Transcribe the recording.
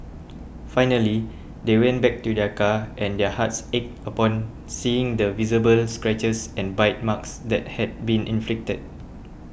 finally they went back to their car and their hearts ached upon seeing the visible scratches and bite marks that had been inflicted